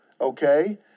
okay